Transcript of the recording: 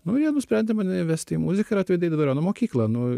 nu jie nusprendė mane vesti į muziką ir atvedė į dvariono mokyklą nu